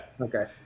Okay